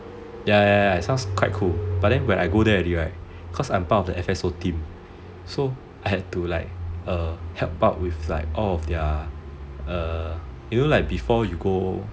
ya ya ya it sounds quite cool but then when I go there already right cause I'm part of the F_S_O team so I had to like err help out with like all of their you know like before you go